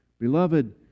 Beloved